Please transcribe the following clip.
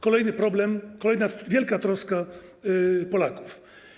Kolejny problem, kolejna wielka troska Polaków.